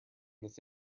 this